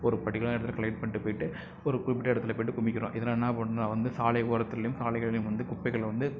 ஒரு பர்டிகுலர் இடத்துல கலெக்ட் பண்ணிட்டு போயிட்டு ஒரு குறிப்பிட்ட இடத்துல போயிட்டு குமிக்கிறோம் இதனால் நாகப்பட்டினம் வந்து சாலை ஓரத்துலேயும் சாலைகள்லேயும் வந்து குப்பைகள் வந்து